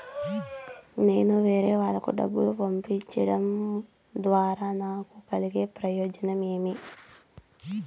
నేను వేరేవాళ్లకు డబ్బులు పంపించడం ద్వారా నాకు కలిగే ప్రయోజనం ఏమి?